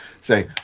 say